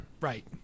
Right